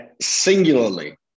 singularly